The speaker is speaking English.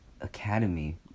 academy